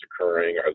occurring